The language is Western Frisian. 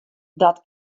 dat